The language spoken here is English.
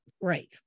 Right